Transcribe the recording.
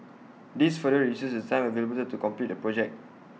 this further reduces the time available to complete A project